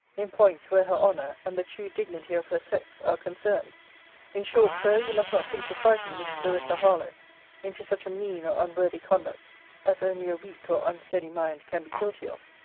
in points where her honour, and the true dignity of her sex, are concerned in short, sir, you must not think to frighten miss clarissa harlowe into such a mean or unworthy conduct as only a weak or unsteady mind can be guilty of.